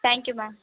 thank you ma'am